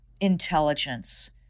intelligence